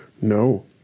No